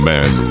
Man